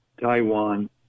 Taiwan